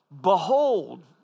Behold